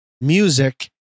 music